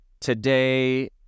today